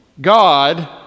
God